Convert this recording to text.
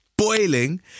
Boiling